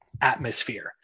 atmosphere